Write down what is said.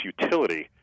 utility